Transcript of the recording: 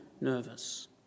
nervous